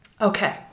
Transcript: Okay